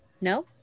No